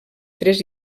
tres